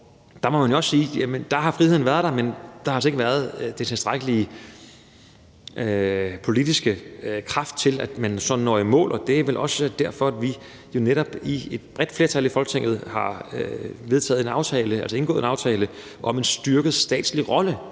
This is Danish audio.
der må man jo sige, at friheden har været der, men at der altså ikke har været den tilstrækkelige politiske kraft, til at man så når i mål. Det er vel også netop derfor, et bredt flertal i Folketinget har indgået en aftale om en styrket statslig rolle